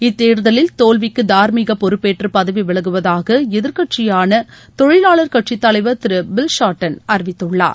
இத்தேர்தலில் தோல்விக்கு தார்மீக பொறுப்பேற்று பதவி விலகுவதாக எதிர்க்கட்சியான தொழிலாளர் கட்சி தலைவர் திரு பில் ஷார்டன் அறிவித்துள்ளார்